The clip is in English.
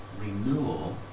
renewal